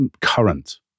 current